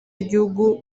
y’igihugu